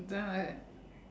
and then I